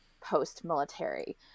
post-military